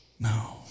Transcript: No